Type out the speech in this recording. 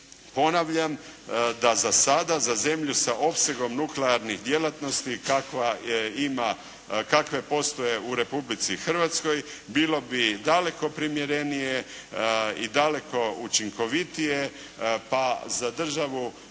ponavljam da za sada za zemlju sa opsegom nuklearnih djelatnosti kakve postoje u Republici Hrvatskoj bilo bi daleko primjerenije i daleko učinkovitije pa za državu